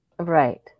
Right